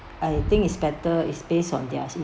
I think is better is based on their